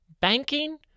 banking